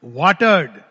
watered